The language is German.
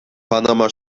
panama